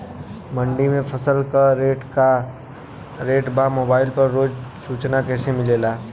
मंडी में फसल के का रेट बा मोबाइल पर रोज सूचना कैसे मिलेला?